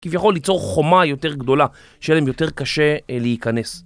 כביכול ליצור חומה יותר גדולה, שיהיה להם יותר קשה להיכנס.